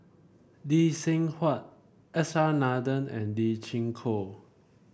Lee Seng Huat S R Nathan and Lee Chin Koon